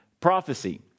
prophecy